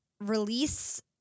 release